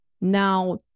Now